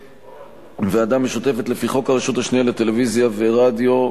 ובוועדה המשותפת לפי חוק הרשות השנייה לטלוויזיה ורדיו,